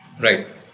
Right